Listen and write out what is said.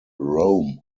rome